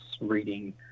reading